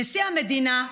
נשיא המדינה,